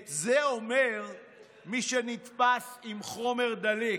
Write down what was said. את זה אומר מי שנתפס עם חומר דליק,